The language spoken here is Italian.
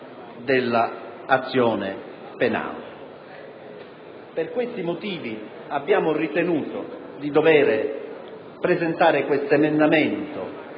Per questi motivi abbiamo ritenuto di dover presentare questo emendamento